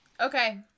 okay